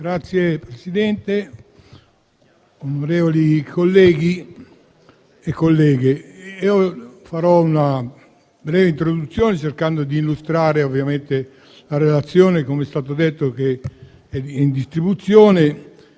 Signor Presidente, onorevoli colleghi e colleghe, farò una breve introduzione, cercando di illustrare la relazione che, come è stato detto, è in distribuzione